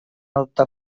optar